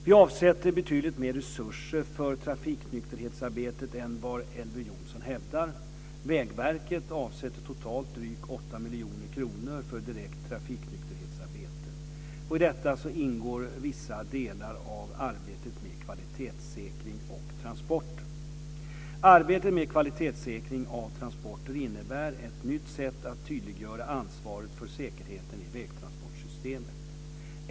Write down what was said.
Vi avsätter betydligt mer resurser för trafiknykterhetsarbete än vad Elver Jonsson hävdar. Vägverket avsätter totalt drygt 8 miljoner kronor för direkt trafiknykterhetsarbete. I detta ingår vissa delar av arbetet med kvalitetssäkring av transporter. Arbetet med kvalitetssäkring av transporter innebär ett nytt sätt att tydliggöra ansvaret för säkerheten i vägtransportsystemet.